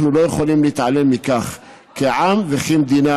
אנחנו לא יכולים להתעלם מכך כעם וכמדינה